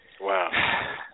Wow